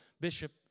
bishop